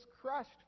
crushed